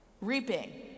reaping